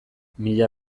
mila